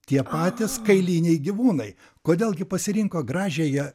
tie patys kailiniai gyvūnai kodėl gi pasirinko gražiąją